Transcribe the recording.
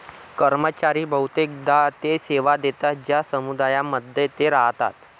कर्मचारी बहुतेकदा ते सेवा देतात ज्या समुदायांमध्ये ते राहतात